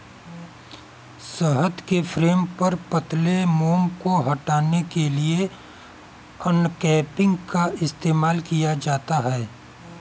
शहद के फ्रेम पर पतले मोम को हटाने के लिए अनकैपिंग का इस्तेमाल किया जाता है